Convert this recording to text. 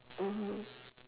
mmhmm